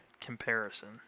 Comparison